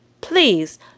Please